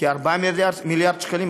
זה כ-4 מיליארד שקלים,